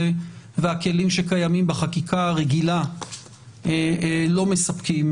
והכלים הקיימים בחקיקה הרגילה לא מספקים